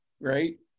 right